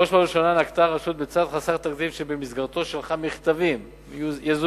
בראש ובראשונה נקטה הרשות צעד חסר תקדים שבמסגרתו שלחה מכתבים יזומים,